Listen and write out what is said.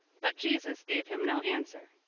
but jesus gave him no answer.